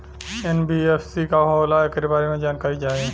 NBFC का होला ऐकरा बारे मे जानकारी चाही?